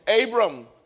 Abram